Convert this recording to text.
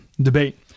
debate